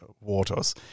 waters